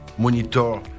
monitor